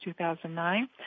2009